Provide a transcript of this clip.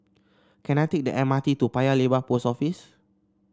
can I take the M R T to Paya Lebar Post Office